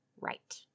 right